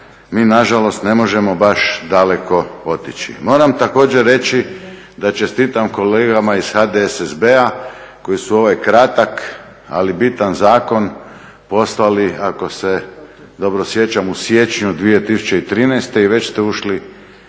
mi nažalost ne možemo baš daleko otići. Moram također reći da čestitam kolegama iz HDSSB-a koji su ovaj kratak, ali bitan zakon poslali ako se dobro sjećam u siječnju 2013. i već ste ušli